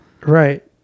Right